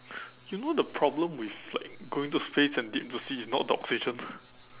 you know the problem with like going to space and deep into the sea is not the oxygen